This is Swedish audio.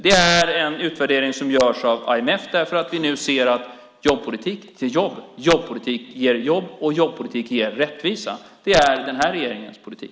Det är en utvärdering som görs av IMF eftersom vi nu ser att jobbpolitik ger jobb och jobbpolitik ger rättvisa. Det är den nuvarande regeringens politik.